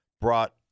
brought